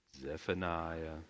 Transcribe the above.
Zephaniah